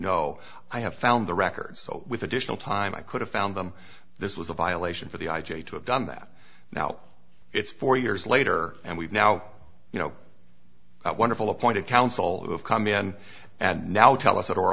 know i have found the records with additional time i could have found them this was a violation for the i g to have done that now it's four years later and we've now you know wonderful appointed counsel who have come in and now tell us that o